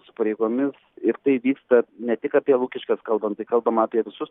su pareigomis ir tai vyksta ne tik apie lukiškes kalbant tai kalbama apie visus